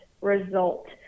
result